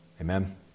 Amen